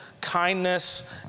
kindness